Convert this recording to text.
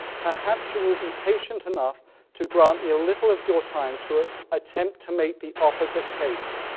perhaps you will be patient enough to grant me a little of your time to ah attempt to make the opposite case.